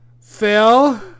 Phil